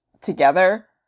together